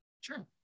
sure